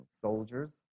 soldiers